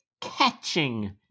catching